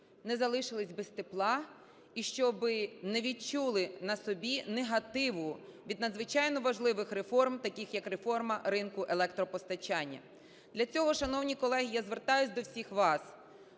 не залишились без тепла і щоб не відчули на собі негативу від надзвичайно важливих реформ, таких як реформа ринку електропостачання. Для цього, шановні колеги, я звертаюсь до всіх вас,